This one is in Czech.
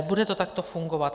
Bude to takto fungovat?